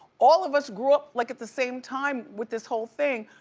all of us grew up like at the same time with this whole thing.